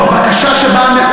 זו בקשה שבאה,